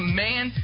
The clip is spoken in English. man